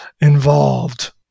involved